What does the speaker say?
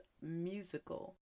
musical